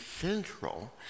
central